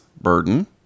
burden